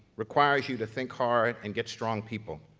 requires you to think hard and get strong people.